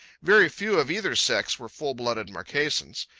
very few of either sex were full-blooded marquesans.